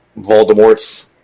Voldemort's